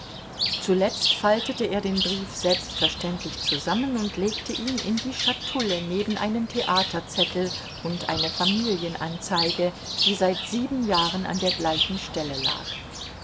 zuletzt faltete er den brief selbstverständlich zusammen und legte ihn in die schatulle neben einen theaterzettel und eine familienanzeige die seit sieben jahren an der gleichen stelle lag